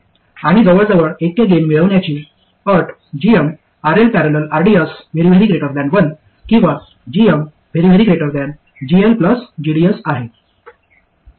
आणि जवळजवळ ऐक्य गेन मिळवण्याची अट gmRL ।। rds 1 किंवा gm GL gds आहे